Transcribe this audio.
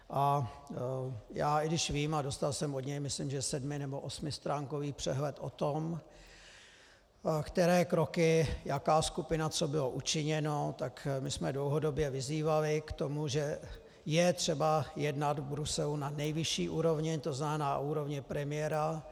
A i když vím a dostal jsem od něj myslím sedmi nebo osmistránkový přehled o tom, které kroky, jaká skupina, co bylo učiněno, tak my jsme dlouhodobě vyzývali k tomu, že je třeba jednat v Bruselu na nejvyšší úrovni, tzn. na úrovni premiéra.